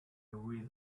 read